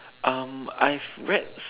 um I've read